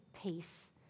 peace